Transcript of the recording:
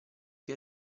che